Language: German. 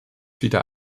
wieder